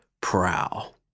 Prowl